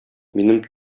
минем